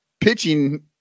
pitching